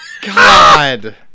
God